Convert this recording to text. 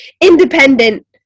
independent